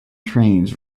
trains